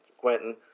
Quentin